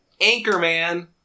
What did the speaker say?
Anchorman